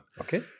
Okay